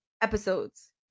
episodes